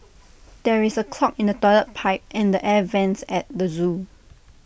there is A clog in the Toilet Pipe and the air Vents at the Zoo